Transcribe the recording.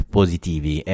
positivi